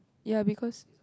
ya because